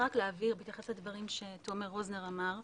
בהתייחס לדברים שתומר רוזנר אמר,